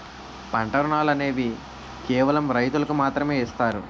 పంట రుణాలు అనేవి కేవలం రైతులకు మాత్రమే ఇస్తారు